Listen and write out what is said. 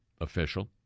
official